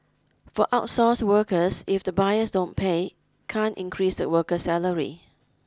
for outsourced workers if the buyers don't pay can't increase the worker's salary